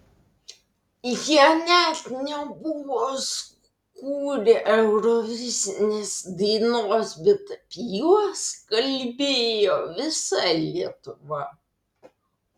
jie net nebuvo sukūrę eurovizinės dainos bet apie juos kalbėjo visa lietuva